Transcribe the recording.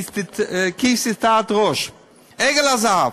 "כי תשא את ראש" עגל הזהב,